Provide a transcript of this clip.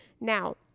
Now